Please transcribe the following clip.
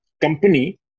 company